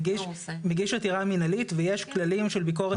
מגיש עתירה מינהלית ויש כללים של ביקורת.